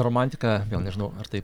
romantika vėl nežinau ar tai